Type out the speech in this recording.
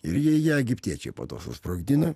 ir jie ją egiptiečiai po to susprogdino